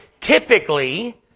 Typically